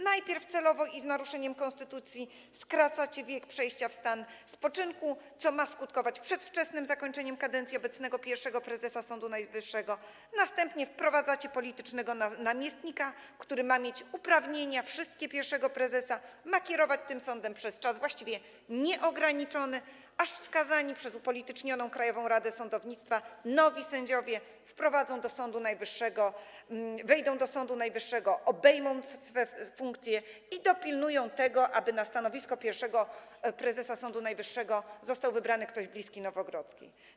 Najpierw celowo i z naruszeniem konstytucji obniżacie wiek przejścia w stan spoczynku, co ma skutkować przedwczesnym zakończeniem kadencji obecnego pierwszego prezesa Sądu Najwyższego, następnie wprowadzacie politycznego namiestnika, który ma mieć wszystkie uprawnienia pierwszego prezesa, ma kierować tym sądem przez czas właściwie nieograniczony, aż wskazani przez upolitycznioną Krajową Radę Sądownictwa nowi sędziowie wejdą do Sądu Najwyższego, obejmą swe funkcje i dopilnują tego, aby na stanowisko pierwszego prezesa Sądu Najwyższego został wybrany ktoś bliski Nowogrodzkiej.